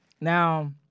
now